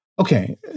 Okay